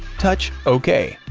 touch ok.